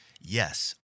yes